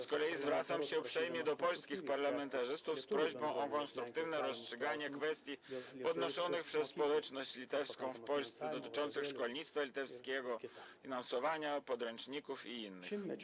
Zwracam się uprzejmie do polskich parlamentarzystów z prośbą o konstruktywne rozstrzyganie kwestii podnoszonych przez społeczność litewską dotyczących szkolnictwa litewskiego, finansowania podręczników i innych kwestii.